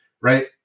Right